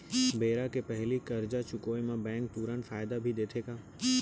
बेरा के पहिली करजा चुकोय म बैंक तुरंत फायदा भी देथे का?